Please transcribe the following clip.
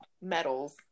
medals